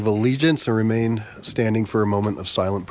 of allegiance or remain standing for a moment of silen